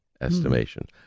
estimation